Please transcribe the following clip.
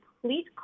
complete